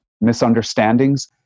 misunderstandings